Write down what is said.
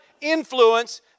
influence